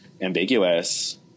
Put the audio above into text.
ambiguous